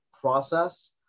process